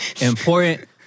important